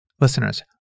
Listeners